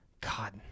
God